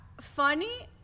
funny